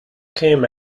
came